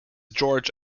george